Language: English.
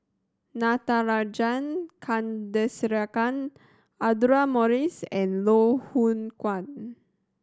Natarajan Chandrasekaran Audra Morrice and Loh Hoong Kwan